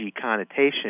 connotation